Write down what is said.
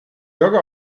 dogge